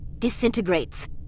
disintegrates